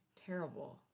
terrible